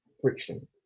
friction